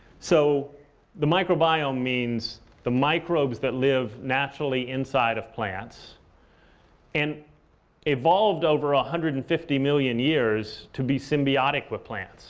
so the microbiome means the microbes that live naturally inside of plants and evolved over one ah hundred and fifty million years to be symbiotic with plants